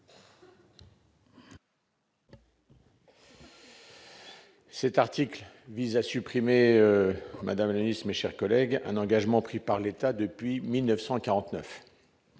C'est article vise à supprimer Madame Nice, mes chers collègues, un engagement pris par l'État depuis 1949